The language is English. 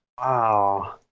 Wow